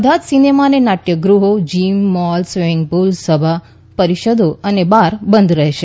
બધા જ સિનેમા અને નાટ્યગૃહો જીમ મૉલ સ્વિમિંગપૂલ સભા પરિષદો અને બાર બંધ રહેશે